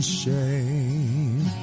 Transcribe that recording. shame